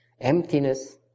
Emptiness